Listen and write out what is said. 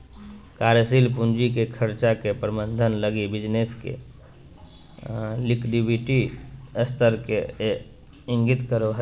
कार्यशील पूंजी के खर्चा के प्रबंधन लगी बिज़नेस के लिक्विडिटी स्तर के इंगित करो हइ